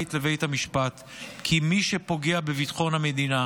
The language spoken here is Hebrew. חד-משמעית לבית המשפט כי מי שפוגע בביטחון המדינה,